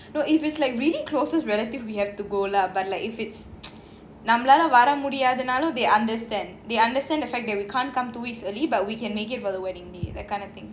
no if it's like really closest relative we have to go lah but like if it's நம்மளாலவரமுடியாதுனாலும்:nammalaala varamudiathunalum they understand they understand the fact that we can't come two weeks early but we can make it for the wedding day that kind of thing